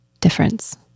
difference